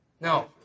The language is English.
No